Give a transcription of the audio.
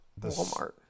Walmart